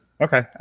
Okay